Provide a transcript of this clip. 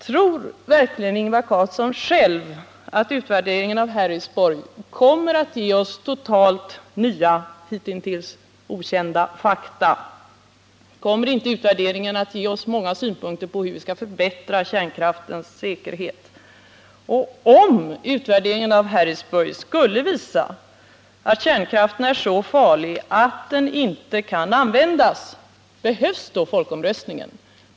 Tror verkligen Ingvar Carlsson själv att utvärderingen av Harrisburgolyckan kommer att ge oss totalt nya, hittills okända fakta? Kommer inte utvärderingen att ge oss många synpunkter på hur vi skall förbättra kärnkraftens säkerhet? Om utvärderingen av Harrisburg skulle visa att kärnkraften är så farlig att den inte kan användas — behövs då folkomröstningen?